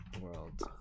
World